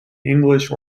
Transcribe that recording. english